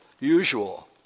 usual